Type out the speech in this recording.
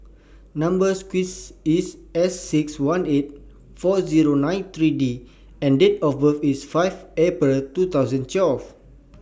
Number sequence IS S six one eight four Zero nine three D and Date of birth IS five April two thousand twelve